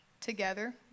together